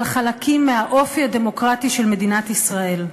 חלקים מהאופי הדמוקרטי של מדינת ישראל.